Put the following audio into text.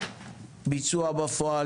ביצוע בפועל,